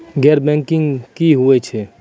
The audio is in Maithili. गैर बैंकिंग की होय छै?